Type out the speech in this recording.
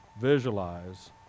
visualize